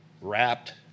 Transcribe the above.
wrapped